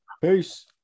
Peace